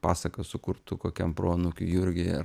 pasaką sukurtų kokiam proanūkiui jurgiui ar